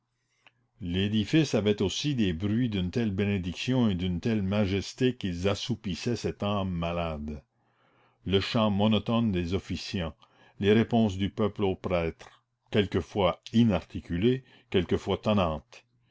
l'édifice avait aussi des bruits d'une telle bénédiction et d'une telle majesté qu'ils assoupissaient cette âme malade le chant monotone des officiants les réponses du peuple aux prêtres quelquefois inarticulées quelquefois tonnantes